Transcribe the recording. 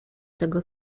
tego